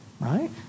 Right